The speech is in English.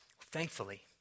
Thankfully